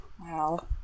Wow